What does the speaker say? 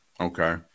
Okay